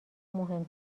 مهم